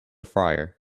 fryer